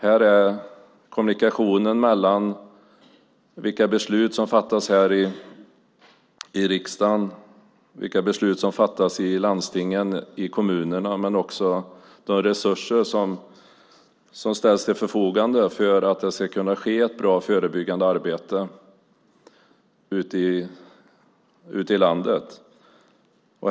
Här vill jag betona kommunikationen mellan vilka beslut som fattas här i riksdagen och vilka beslut som fattas i landstingen och kommunerna, men också de resurser som ställs till förfogande för att det ska kunna ske ett bra förebyggande arbete ute i landet.